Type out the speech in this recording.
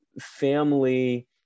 family